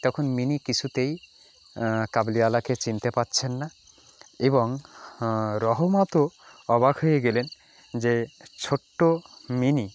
তখন মিনি কিছুতেই কাবুলিওয়ালাকে চিনতে পারছেন না এবং রহমতও অবাক হয়ে গেলেন যে ছোট্ট মিনি